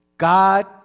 God